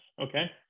okay